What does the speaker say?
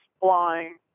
flying